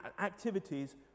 activities